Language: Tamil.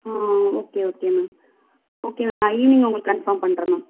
ஆ ah okay okay ma'am okay ma'am நான் ஈவ்னிங் உங்களுக்கு கன்ஃபார்ம் பண்ணுறேன் மேம்